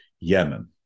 Yemen